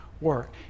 work